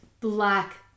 black